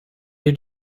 did